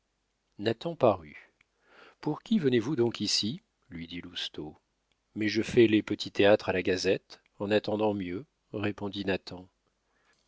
nathan parut pour qui venez-vous donc ici lui dit lousteau mais je fais les petits théâtres à la gazette en attendant mieux répondit